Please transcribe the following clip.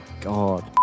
God